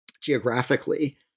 geographically